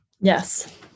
Yes